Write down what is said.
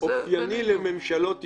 אופייני לממשלות ישראל,